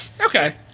Okay